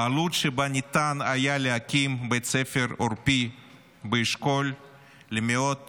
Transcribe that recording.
בעלות שבה ניתן היה להקים בית ספר עורפי באשכול למאות